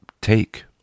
take